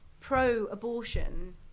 pro-abortion